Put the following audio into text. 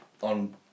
on